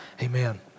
Amen